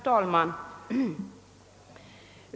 Herr talman!